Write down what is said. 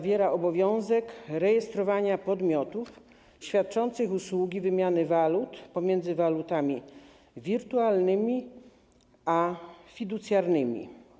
Wprowadza obowiązek rejestrowania podmiotów świadczących usługi wymiany walut pomiędzy walutami wirtualnymi a fiducjarnymi.